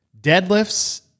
Deadlifts